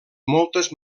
moltes